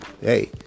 hey